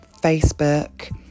Facebook